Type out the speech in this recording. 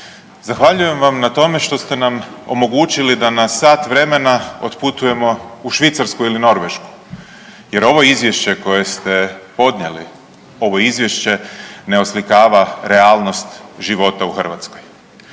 Zahvaljujem vam na tome što ste nam omogućili da na sat vremena otputujemo u Švicarsku ili Norvešku jer ovo izvješće koje ste podnijeli ovo izvješće ne oslikava realnost života u Hrvatskoj.